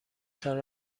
تان